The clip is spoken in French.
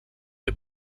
les